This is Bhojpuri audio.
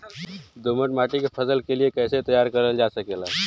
दोमट माटी के फसल के लिए कैसे तैयार करल जा सकेला?